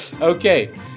okay